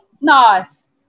nice